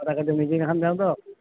তাকেতো মিটিং এখন দিওঁ দিয়ক